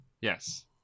Yes